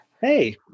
Hey